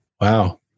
Wow